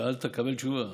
שאלת, קבל תשובה.